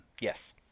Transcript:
Yes